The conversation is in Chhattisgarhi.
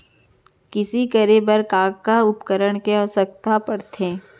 कृषि करे बर का का उपकरण के आवश्यकता परथे?